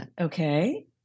Okay